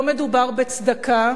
לא מדובר בצדקה,